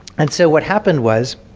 and so what happened was